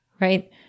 right